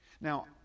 Now